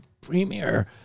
premier